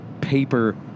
paper